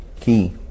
Key